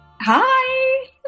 Hi